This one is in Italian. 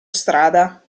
strada